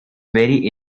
very